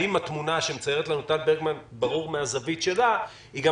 האם התמונה שמציירת לנו טל ברגמן מן הזווית שלה היא גם